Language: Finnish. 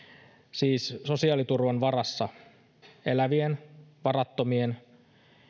siis sosiaaliturvan varassa elävien varattomien